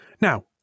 Now